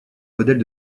modèles